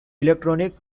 electronic